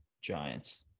Giants